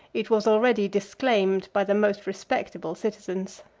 it was already disclaimed by the most respectable citizens.